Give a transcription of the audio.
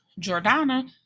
Jordana